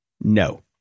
No